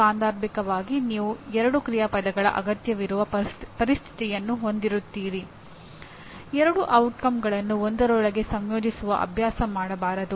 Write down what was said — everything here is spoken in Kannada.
ಆದ್ದರಿಂದ ಅವರಿಗೆ ತಪ್ಪಾಗಿ ವ್ಯಾಖ್ಯಾನಿಸಲಾದ ಸಮಸ್ಯೆಯನ್ನು ನಿಭಾಯಿಸಿ ಅದನ್ನು ಉತ್ತಮವಾಗಿ ವ್ಯಾಖ್ಯಾನಿಸಲಾದ ಸಮಸ್ಯೆಯಾಗಿ ಪರಿವರ್ತಿಸಲು ಸಾಧ್ಯವಾಗಬೇಕು